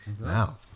now